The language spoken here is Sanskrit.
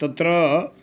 तत्र